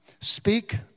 Speak